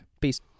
Peace